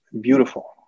beautiful